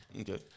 Okay